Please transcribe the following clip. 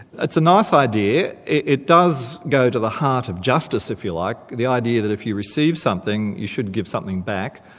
it's a nice idea, it does go to the heart of justice, if you like, the idea that if you receive something, you should give something back.